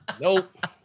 Nope